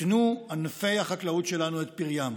ייתנו ענפי החקלאות שלנו את פריים.